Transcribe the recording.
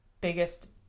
biggest